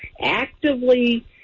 actively